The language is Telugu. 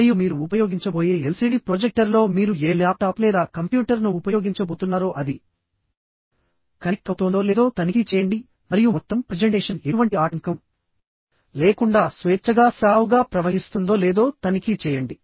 మరియు మీరు ఉపయోగించబోయే ఎల్సిడి ప్రొజెక్టర్లో మీరు ఏ ల్యాప్టాప్ లేదా కంప్యూటర్ను ఉపయోగించబోతున్నారో అది కనెక్ట్ అవుతోందో లేదో తనిఖీ చేయండి మరియు మొత్తం ప్రెజెంటేషన్ ఎటువంటి ఆటంకం లేకుండా స్వేచ్ఛగా సజావుగా ప్రవహిస్తుందో లేదో తనిఖీ చేయండి